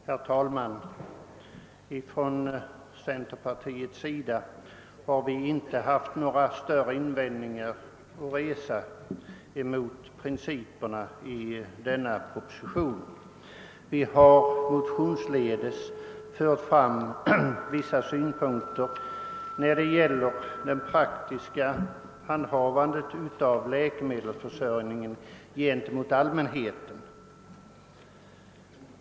Herr talman! Från centerpartiets sida har vi inte haft några större invändningar att resa mot principerna i den proposition som nu behandlas. Vi har motionsledes fört fram vissa synpunkter när det gäller det praktiska handhavandet av läkemedelsförsörjningen gentemot allmänheten.